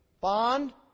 bond